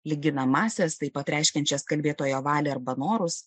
lyginamąsias taip pat reiškiančias kalbėtojo valią arba norus